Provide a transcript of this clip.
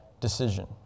decision